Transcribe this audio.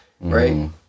Right